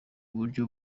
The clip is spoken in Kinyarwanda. buryo